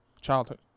childhood